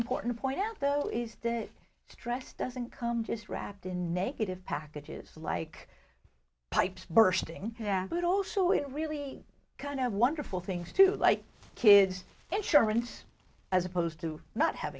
important point though is to stress doesn't come just wrapped in negative packages like pipes bursting yeah but also it really kind of wonderful things to like kids insurance as opposed to not have